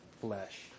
flesh